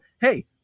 hey